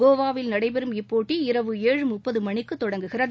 கோவாவில் நடைபெறும் இப்போட்டி இரவு ஏழு முப்பது மணிக்கு தொடங்குகிறது